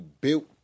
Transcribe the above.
built